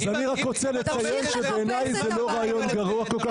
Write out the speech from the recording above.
אז אני רק רוצה לציין שבעיני זה לא רעיון גרוע כל כך אפרת